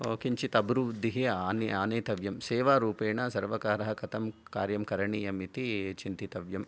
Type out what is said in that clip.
किञ्चित् अभिबुद्धिः आने आनेतव्यम् सेवारूपेण सर्वकारः कथं कार्यं करणीयं इति चिन्तितव्यम्